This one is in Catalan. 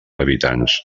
habitants